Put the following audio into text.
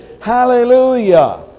Hallelujah